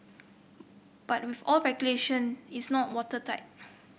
but with all regulation it's not watertight